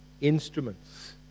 instruments